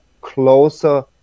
closer